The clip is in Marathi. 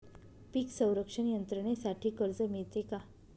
पीक संरक्षण यंत्रणेसाठी कर्ज मिळते का?